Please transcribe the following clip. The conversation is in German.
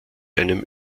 einem